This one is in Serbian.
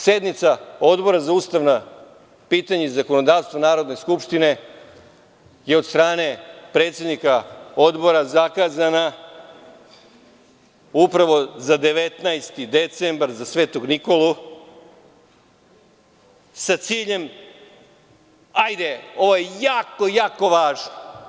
Sednica Odbora za ustavna pitanja i zakonodavstvo Narodne skupštine je od strane predsednika Odbora zakazana upravo za 19. decembar, za Svetog Nikolu sa ciljem da je ovo jako važno.